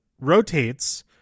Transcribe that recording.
rotates